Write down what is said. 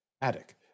Attic